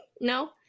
No